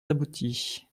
aboutie